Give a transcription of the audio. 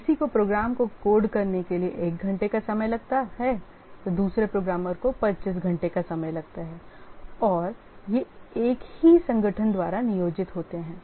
किसी को प्रोग्राम को कोड करने के लिए 1 घंटे का समय लगता है दूसरे प्रोग्रामर को 25 घंटे का समय लगता है और ये एक ही संगठन द्वारा नियोजित होते हैं